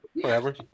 Forever